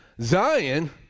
Zion